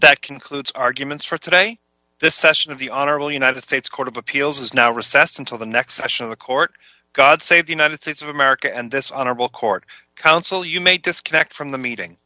that concludes arguments for today this session of the honorable united states court of appeals has now recessed until the next session a court god save the united states of america and this honorable court counsel you may disconnect from the meeting